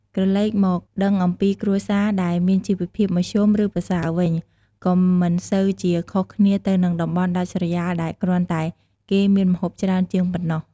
ក្រឡែកមកដឹងអំពីគ្រួសារដែលមានជីវភាពមធ្យមឬប្រសើរវិញ ក៏មិនសូវជាខុសគ្នាទៅនឹងតំបន់ដាច់ស្រយាលដែរគ្រាន់តែគេមានម្ហូបច្រើនជាងប៉ុណ្ណោះ។